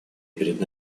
перед